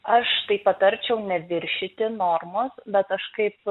aš tai patarčiau neviršyti normos bet aš kaip